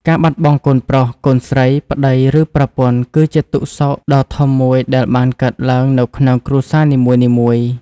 ការបាត់បង់កូនប្រុស កូនស្រី ប្តី ឬប្រពន្ធគឺជាទុក្ខសោកដ៏ធំមួយដែលបានកើតឡើងនៅក្នុងគ្រួសារនីមួយៗ។